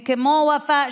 וכמו ופאא,